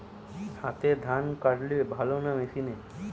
হাতে ধান কাটলে ভালো না মেশিনে?